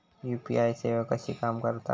UPI सेवा कशी काम करता?